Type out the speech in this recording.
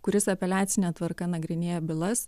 kuris apeliacine tvarka nagrinėja bylas